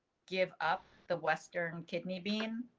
give up the western kidney being.